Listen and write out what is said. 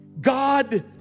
God